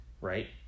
right